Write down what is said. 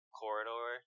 corridor